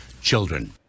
children